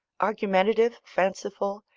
argumentative, fanciful,